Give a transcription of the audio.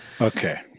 Okay